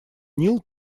нил